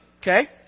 Okay